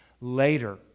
later